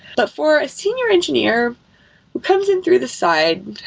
but for a senior engineer who comes in through the side,